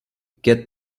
get